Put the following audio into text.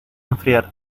enfriar